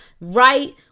right